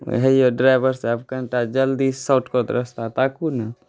हे यौ ड्राइवर साहब कनिटा जल्दी शॉर्टकट रास्ता ताकू ने